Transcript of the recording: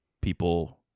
people